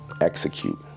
execute